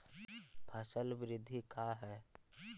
फसल वृद्धि का है?